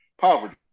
poverty